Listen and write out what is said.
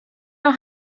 know